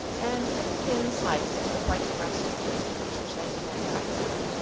and took a thin slice of the white breast of turkey which the shaggy man cut for her,